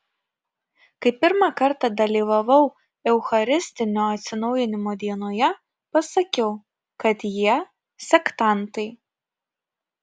kai pirmą kartą dalyvavau eucharistinio atsinaujinimo dienoje pasakiau kad jie sektantai